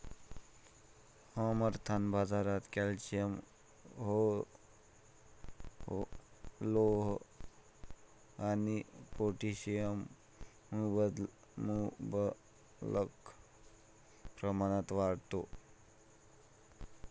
अमरनाथ, बाजारात कॅल्शियम, लोह आणि पोटॅशियम मुबलक प्रमाणात आढळते